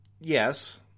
yes